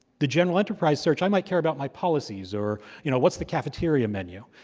the general enterprise search, i might care about my policies or you know what's the cafeteria menu.